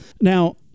Now